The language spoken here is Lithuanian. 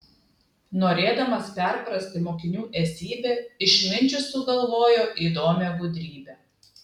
norėdamas perprasti mokinių esybę išminčius sugalvojo įdomią gudrybę